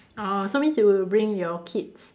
orh so means you bring your kids